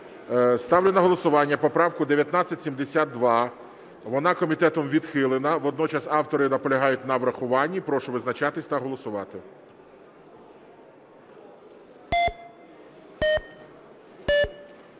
Ставлю на голосування поправку 1972, вона комітетом відхилена, водночас автори наполягають на врахуванні. Прошу визначатись та голосувати.